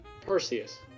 Perseus